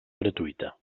gratuïta